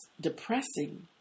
depressing